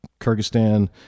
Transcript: Kyrgyzstan